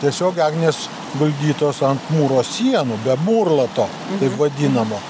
tiesiog gegnės guldytos ant mūro sienų be mūrlato taip vadinamo